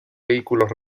vehículos